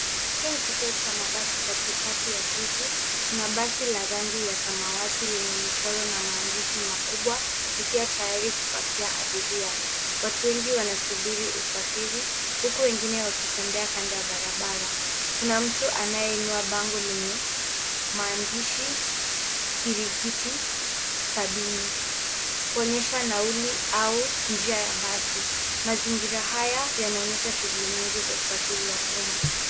Hii ni kituo cha mabasi katikati ya jiji. Kuna basi la rangi ya samawati lenye michoro na maandishi makubwa likiwa tayari kupakia abiria. Watu wengi wanasubiri usafiri, huku wengine wakitembea kando ya barabara. Kuna mtu anayeinua bango lenye maandishi, Kiringiti sabini, kuonyesha nauli au njia ya basi. Mazingira haya yanaonyesha shughuli nyingi za usafiri wa umma.